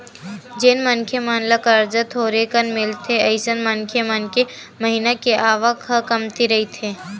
जेन मनखे मन ल करजा थोरेकन मिलथे अइसन मनखे मन के महिना के आवक ह कमती रहिथे